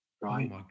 right